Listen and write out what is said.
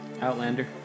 Outlander